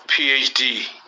PhD